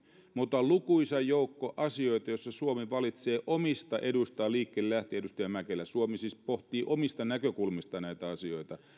mutta on lukuisa joukko asioita joissa suomi valitsee omista eduistaan liikkeelle lähdön edustaja mäkelä suomi siis pohtii omista näkökulmistaan näitä asioita